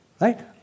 Right